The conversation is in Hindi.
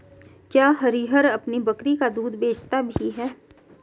क्या हरिहर अपनी बकरी का दूध बेचता भी है?